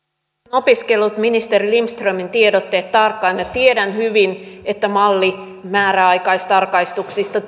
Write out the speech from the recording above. opiskellut ministeri lindströmin tiedotteet tarkkaan ja tiedän hyvin että malli määräaikaistarkastuksista